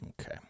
Okay